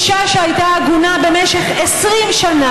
גם בתקופה הקשה שהוא עבר תמיד הוא חשב על האנשים,